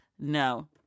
No